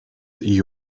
iyi